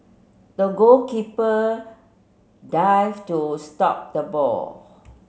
the goalkeeper dived to stop the ball